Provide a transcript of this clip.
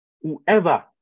whoever